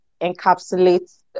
encapsulates